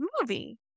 movie